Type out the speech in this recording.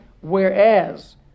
whereas